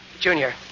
Junior